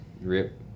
Rip